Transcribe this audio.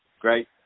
great